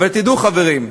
אבל תדעו, חברים,